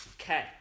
Okay